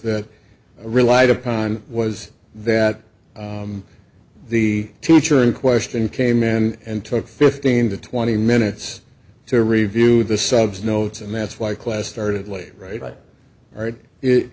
that relied upon was that the teacher in question came in and took fifteen to twenty minutes to review the sub's notes and that's why class started late right or it i